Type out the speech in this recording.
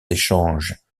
échanges